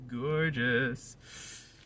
gorgeous